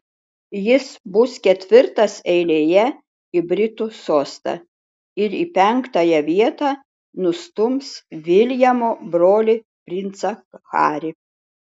jis bus ketvirtas eilėje į britų sostą ir į penktąją vietą nustums viljamo brolį princą harį